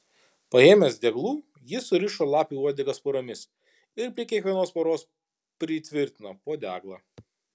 paėmęs deglų jis surišo lapių uodegas poromis ir prie kiekvienos poros pritvirtino po deglą